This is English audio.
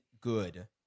good